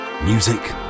Music